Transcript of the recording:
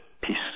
peace